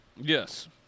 Yes